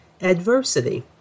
adversity